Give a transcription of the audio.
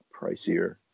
pricier